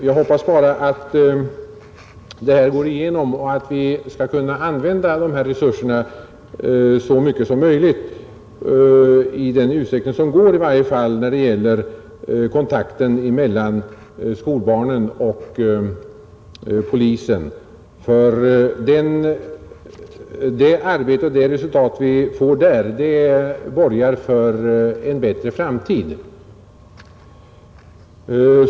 Jag hoppas bara att det här går igenom och att vi skall kunna använda dessa resurser så mycket som möjligt när det gäller kontakten mellan skolbarnen och polisen, och de resultat vi uppnår där bör kunna borga för en bättre framtid.